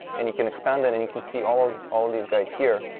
and you can expand that, and you can see all of all of these guys here.